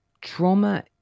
trauma